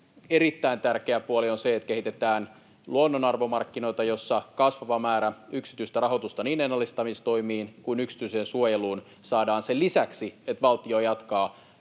erittäin tärkeä puoli on se, että kehitetään luonnonarvomarkkinoita, joilla kasvava määrä yksityistä rahoitusta niin ennallistamistoimiin kuin yksityiseen suojeluun saadaan sen lisäksi, että valtio jatkaa